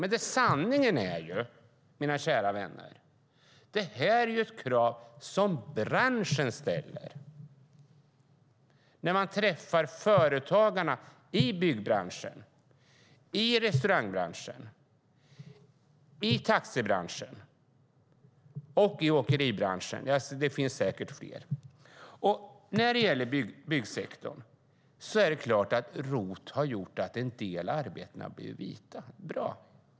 Men sanningen, mina kära vänner, är att detta är ett krav som branschen ställer när man träffar företagarna i byggbranschen, i restaurangbranschen, i taxibranschen och i åkeribranschen - det finns säkert fler. När det gäller byggsektorn är det klart att ROT har gjort att en del arbeten har blivit vita - bra!